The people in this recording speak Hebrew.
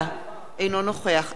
אינו נוכח עינת וילף,